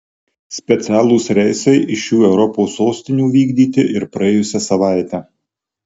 specialūs reisai iš šių europos sostinių vykdyti ir praėjusią savaitę